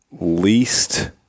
Least